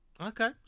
okay